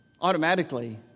automatically